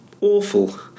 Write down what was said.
awful